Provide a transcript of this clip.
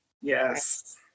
Yes